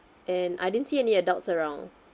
and I didn't see any adults around